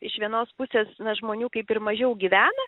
iš vienos pusės na žmonių kaip ir mažiau gyvena